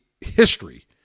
history